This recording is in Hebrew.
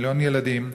מיליון ילדים,